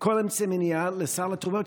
כל אמצעי המניעה לסל התרופות,